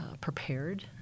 prepared